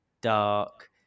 dark